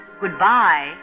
goodbye